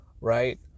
right